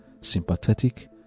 sympathetic